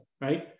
right